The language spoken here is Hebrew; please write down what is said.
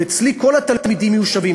ואצלי כל התלמידים יהיו שווים,